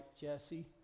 Jesse